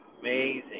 amazing